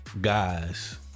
guys